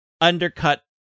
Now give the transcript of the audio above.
undercut